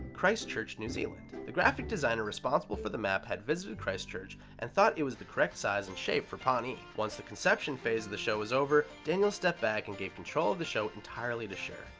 christchurch, new zealand. the graphic designer responsible for the map had visited christchurch and thought it was the correct size and shape for pawnee. once the conception phase of the show was over, daniels stepped back and gave control of the show entirely to schur.